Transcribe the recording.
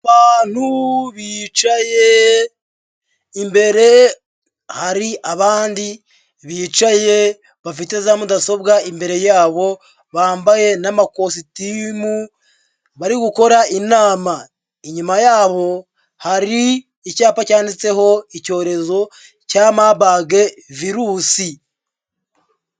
Abantu bicaye imbere hari abandi bicaye bafite za mudasobwa imbere yabo, bambaye n'amakositimu, barigukora inama. Inyuma yabo hari icyapa cyanditseho icyorezo cya maburg virusi.